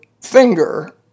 finger